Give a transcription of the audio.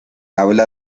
habla